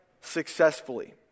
successfully